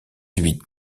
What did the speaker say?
huit